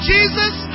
Jesus